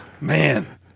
Man